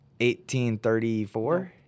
1834